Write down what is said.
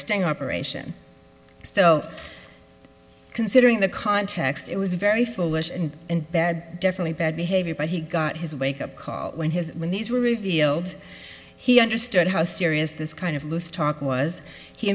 sting operation so considering the context it was very foolish and bad definitely bad behavior but he got his wake up call when his when these were revealed he understood how serious this kind of loose talk was he